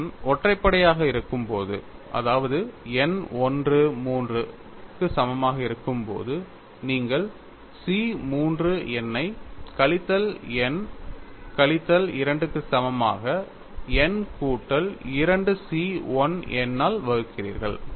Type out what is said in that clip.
n ஒற்றைப்படை ஆக இருக்கும் போது n 1 3 etcetera க்கு சமமாக இருக்கும்போது நீங்கள் C 3 n ஐ கழித்தல் n கழித்தல் 2 க்கு சமமாக n கூட்டல் 2 C 1 n ஆல் வகுக்கிறீர்கள்